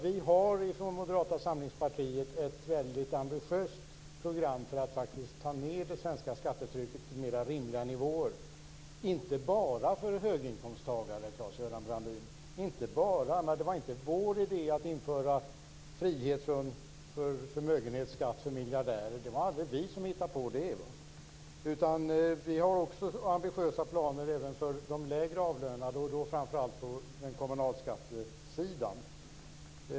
Vi i Moderata samlingspartiet har ett väldigt ambitiöst program för att ta ned det svenska skattetrycket till mer rimliga nivåer - och inte bara för höginkomsttagare, Claes-Göran Brandin. Det var inte vår idé att införa frihet från förmögenhetsskatt för miljardärer. Det var inte vi som hittade på det. Vi har ambitiösa planer även för de mer lågavlönade, framför allt på kommunalskattesidan.